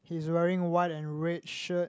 he's wearing white and red shirt